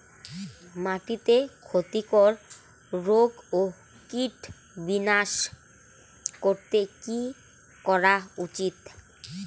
মাটিতে ক্ষতি কর রোগ ও কীট বিনাশ করতে কি করা উচিৎ?